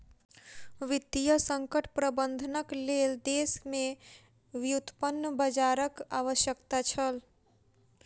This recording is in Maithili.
वित्तीय संकट प्रबंधनक लेल देश में व्युत्पन्न बजारक आवश्यकता छल